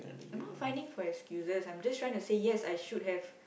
I'm not finding for excuses I'm just saying yes I should have